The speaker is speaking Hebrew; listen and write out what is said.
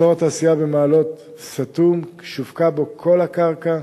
אזור התעשייה במעלות סתום, שווקה בו כל הקרקע,